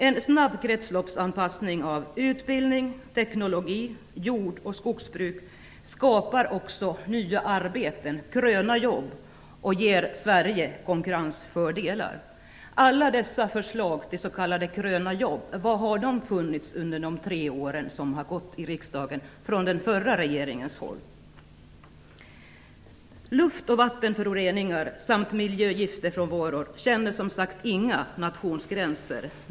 En snabb kretsloppsanpassning av utbildning, teknologi, jordoch skogsbruk skapar också nya gröna jobb och ger Sverige konkurrensfördelar. Var har alla dessa förslag från den förra regeringen till s.k. gröna jobb funnits under de tre år som har gått i riksdagen. Luft och vattenföroreningar samt miljögifter från varor känner som sagt inga nationsgränser.